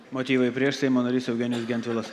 motyvai prieš seimo narys eugenijus gentvilas